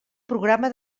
programa